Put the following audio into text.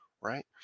Right